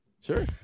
Sure